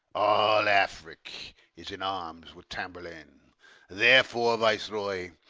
all afric is in arms with tamburlaine therefore, viceroy,